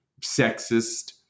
sexist